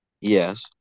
Yes